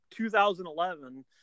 2011